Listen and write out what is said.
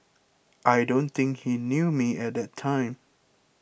I don't think he knew me at that time